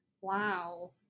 Wow